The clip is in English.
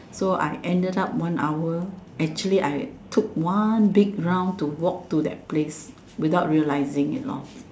so I ended up one hour actually I took one big round to walk to that place without realising it lah